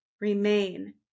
remain